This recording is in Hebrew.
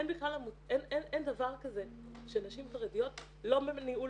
אין דבר כזה שנשים חרדיות לא בניהול